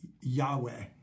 Yahweh